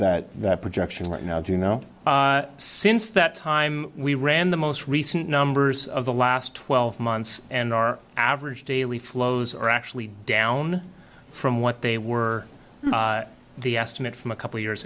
below that projection right now do you know since that time we ran the most recent numbers of the last twelve months and our average daily flows are actually down from what they were the estimate from a couple years